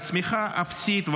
וצמיחה אפסית,